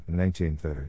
1930